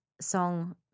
song